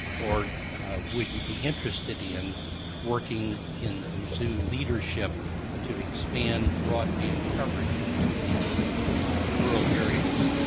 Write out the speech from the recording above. or would you be interested in working in the mizzou leadership to expand broadband coverage into the rural areas